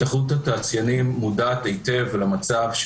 התאחדות התעשיינים מודעת היטב למצב,